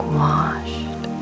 washed